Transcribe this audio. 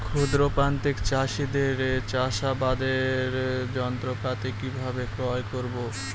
ক্ষুদ্র প্রান্তিক চাষীদের চাষাবাদের যন্ত্রপাতি কিভাবে ক্রয় করব?